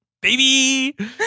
Baby